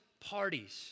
parties